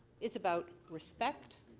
is about respect